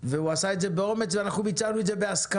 והוא עשה את זה באומץ, ואנחנו ביצענו את זה בהסכמה